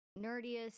nerdiest